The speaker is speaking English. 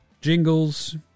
Jingles